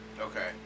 Okay